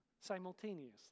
simultaneously